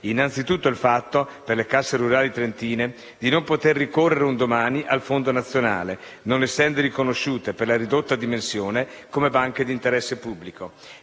sottolineo il fatto che le casse rurali trentine non potranno ricorrere, un domani, al fondo nazionale, non essendo riconosciute, per la ridotta dimensione, come banche di interesse pubblico.